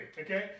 Okay